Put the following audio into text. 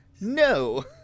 No